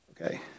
Okay